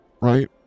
right